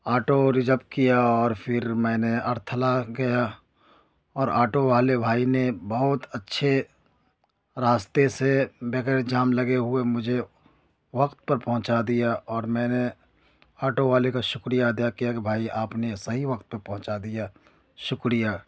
auto reserve کیا اور پھر میں نے ارتھلا گیا اور آٹو والے بھائی نے بہت اچّھے راستے سے بغیر جام لگے ہوئے مجھے وقت پر پہنچا دیا اور میں نے آٹو والے کا شکریہ ادا کیا کہ بھائی آپ نے صحیح وقت پہ پہنچا دیا شکریہ